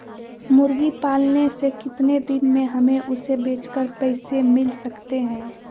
मुर्गी पालने से कितने दिन में हमें उसे बेचकर पैसे मिल सकते हैं?